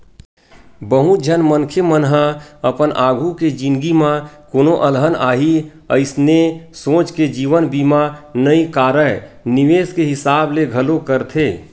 बहुत झन मनखे मन ह अपन आघु के जिनगी म कोनो अलहन आही अइसने सोच के जीवन बीमा नइ कारय निवेस के हिसाब ले घलोक करथे